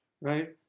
Right